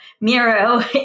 Miro